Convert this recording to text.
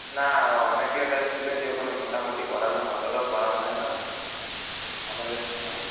না অনেকের কাছে শুনেছি ওইখানে মোটামুটি করানো হয় অতটাও করানো হয় না আমাদের এখানে ভালো